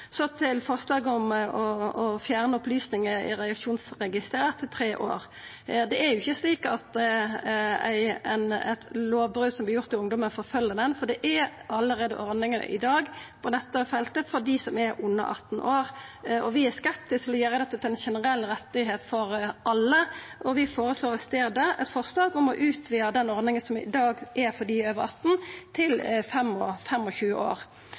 Så til forslaget om å fjerna opplysningar i reaksjonsregisteret etter tre år. Det er ikkje slik at eit lovbrot som vert gjort i ungdomen, forfølgjer ein, for det er allereie i dag ordningar på dette feltet for dei som er under 18 år. Vi er skeptiske til å gjera dette til ein generell rett for alle, og vi har i staden eit forslag om å utvida den ordninga som i dag er for dei under 18 år, til 25 år.